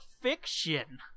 fiction